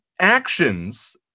actions